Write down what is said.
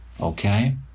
okay